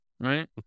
Right